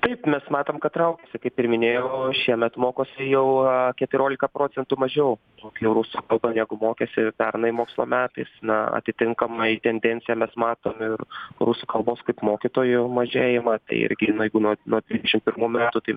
taip mes matom kad traukiasi kaip ir minėjau šiemet mokosi jau keturiolika procentų mažiau mokinių rusų kalbą negu mokėsi pernai mokslo metais na atitinkamai tendenciją mes matom ir rusų kalbos kaip mokytojų mažėjimą tai irgi nu jeigu nuo nuo dvidešimt pirmų metų tai